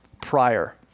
prior